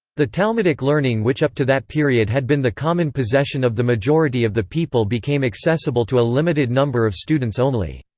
the talmudic learning which up to that period had been the common possession of the majority of the people became accessible to a limited number of students only.